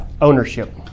ownership